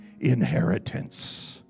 inheritance